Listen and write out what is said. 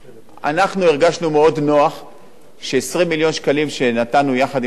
אנחנו הרגשנו מאוד נוח ש-20 מיליון שקלים שנתנו יחד עם הקרן לידידות,